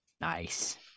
Nice